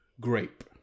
grape